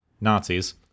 Nazis